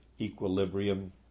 equilibrium